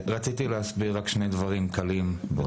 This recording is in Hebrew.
רציתי להסביר רק שלושה דברים קלים.